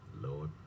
Lord